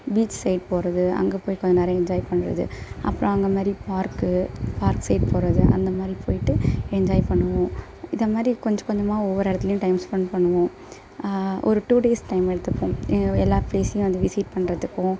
beach side போவது அங்கே போய் கொஞ்சம் நேரம் என்ஜாய் பண்ணுறது அப்புறம் அந்த மாதிரி பார்க்கு பார்க் சைட் போவது அந்த மாதிரி போயிட்டு என்ஜாய் பண்ணுவோம் இதை மாதிரி கொஞ்சம் கொஞ்சமாக ஒவ்வொரு இடத்துலையும் டைம் ஸ்பெண்ட் பண்ணுவோம் ஒரு டூ டேஸ் டைம் எடுத்துப்போம் எல்லா ப்ளேஸையும் வந்து விசிட் பண்ணுறதுக்கும்